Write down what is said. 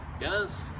Yes